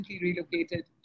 relocated